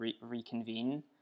reconvene